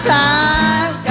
time